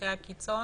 מקרי הקיצון.